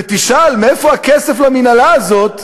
למינהלה הזאת ותשאל מאיפה הכסף למינהלה הזאת,